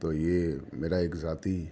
تو یہ میرا ایک ذاتی